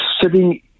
Sitting